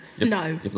No